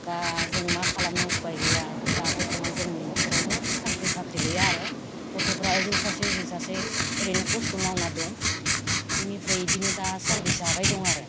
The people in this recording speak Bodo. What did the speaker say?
दा जों मा खालामनो उफाय गैया दा बर्त'मान जोंनि न'खरावबो साख्रि बाख्रि गैया आरो गथ'फोरा ओजों सासे ओजों सासे ओरैनो कस्त' मावना दं बेनिफ्राय बिदिनो दासान्दि जाबाय दं आरो